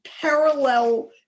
parallel